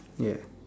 ya